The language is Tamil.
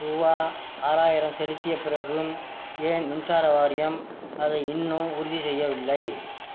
ரூபா ஆறாயிரம் செலுத்திய பிறகும் ஏன் மின்சார வாரியம் அதை இன்னும் உறுதிசெய்யவில்லை